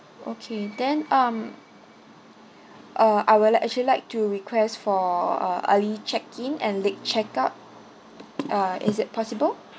okay then um uh I will actually like to request for uh early check in and late check out uh is it possible